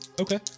Okay